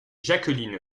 jacqueline